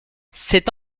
cet